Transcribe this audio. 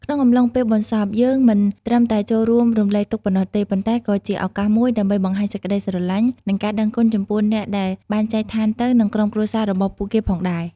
ក្នុងអំឡុងពេលបុណ្យសព យើងមិនត្រឹមតែចូលរួមរំលែកទុក្ខប៉ុណ្ណោះទេ ប៉ុន្តែក៏ជាឱកាសមួយដើម្បីបង្ហាញសេចក្តីស្រឡាញ់ និងការដឹងគុណចំពោះអ្នកដែលបានចែកឋានទៅ និងក្រុមគ្រួសាររបស់ពួកគេផងដែរ។